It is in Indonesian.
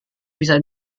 bisa